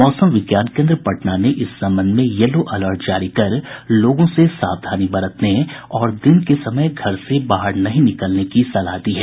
मौसम विज्ञान केन्द्र पटना ने इस संबंध में येलो अलर्ट जारी कर लोगों को विशेष सावधानी बरतने और दिन के समय में घर से बाहर नहीं निकलने की सलाह दी है